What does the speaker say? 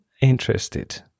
interested